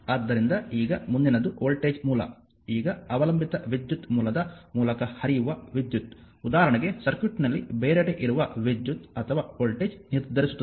ಆದ್ದರಿಂದ ಈಗ ಮುಂದಿನದು ವೋಲ್ಟೇಜ್ ಮೂಲ ಈಗ ಅವಲಂಬಿತ ವಿದ್ಯುತ್ ಮೂಲದ ಮೂಲಕ ಹರಿಯುವ ವಿದ್ಯುತ್ ಉದಾಹರಣೆಗೆ ಸರ್ಕ್ಯೂಟ್ನಲ್ಲಿ ಬೇರೆಡೆ ಇರುವ ವಿದ್ಯುತ್ ಅಥವಾ ವೋಲ್ಟೇಜ್ ನಿರ್ಧರಿಸುತ್ತದೆ